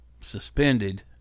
suspended